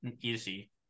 easy